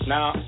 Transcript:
Now